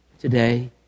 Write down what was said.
Today